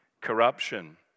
corruption